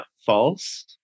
false